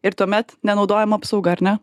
ir tuomet nenaudojama apsauga ar ne